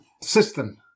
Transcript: system